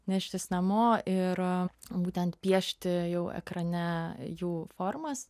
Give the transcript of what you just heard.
neštis namo ir būtent piešti jau ekrane jų formas